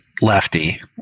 lefty